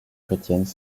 chrétiennes